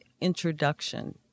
introduction